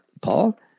Paul